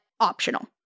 optional